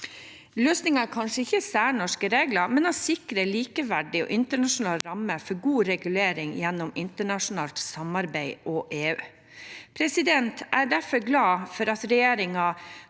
Løsningen er kanskje ikke å lage særnorske regler, men å sikre likeverdige, internasjonale rammer for god regulering gjennom internasjonalt samarbeid og EU. Jeg er derfor glad for at regjeringen